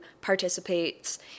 participates